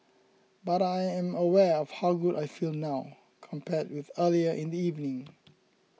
but I am aware of how good I feel now compared with earlier in the evening